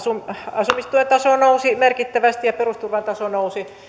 asumistuen taso nousi merkittävästi ja perusturvan taso nousi